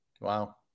Wow